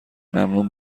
ممنون